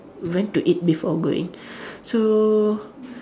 went to eat before going so